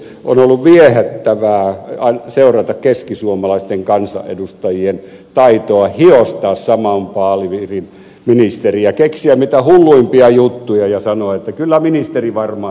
on ollut viehättävää seurata keskisuomalaisten kansanedustajien taitoa hiostaa saman vaalipiirin ministeriä keksiä mitä hulluimpia juttuja ja sanoa että kyllä ministeri varmaan tämän hoitaa